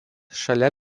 šalia